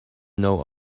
know